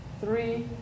three